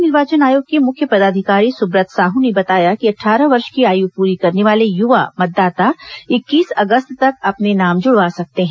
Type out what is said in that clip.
राज्य निर्वाचन आयोग के मुख्य पदाधिकारी सुब्रत साहू ने बताया कि अट्ठारह वर्ष की आयु पूरी करने वाले युवा मतदाता इक्कीस अगस्त तक अपने नाम जुड़वा सकते हैं